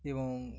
এবং